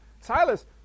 Silas